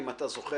אם אתה זוכר,